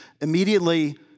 immediately